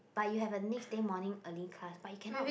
but you have a next day morning early class but you cannot